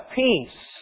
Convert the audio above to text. peace